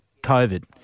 COVID